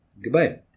Goodbye